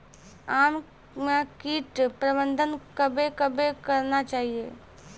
आम मे कीट प्रबंधन कबे कबे करना चाहिए?